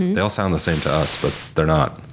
and they all sound the same to us but they're not.